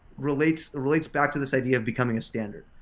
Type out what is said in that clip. relates relates back to this idea of becoming a standard.